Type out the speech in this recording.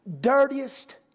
dirtiest